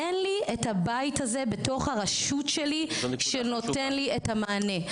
אין לי את הבית הזה בתוך הרשות שלי שנותן לי את המענה.